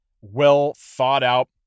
well-thought-out